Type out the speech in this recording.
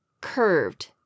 curved